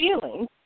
feelings